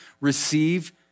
receive